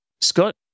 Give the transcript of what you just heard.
Scott